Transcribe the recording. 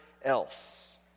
else